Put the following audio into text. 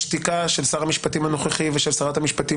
השתיקה של שר המשפטים הנוכחי ושל שרת המשפטים